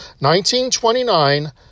1929